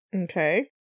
Okay